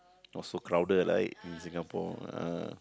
also crowded right in Singapore ah